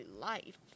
life